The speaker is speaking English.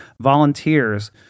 volunteers